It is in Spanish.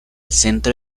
centro